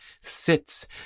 sits